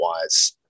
wise